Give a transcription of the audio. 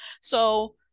So-